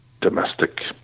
domestic